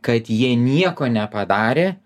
kad jie nieko nepadarė